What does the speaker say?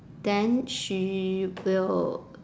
then she will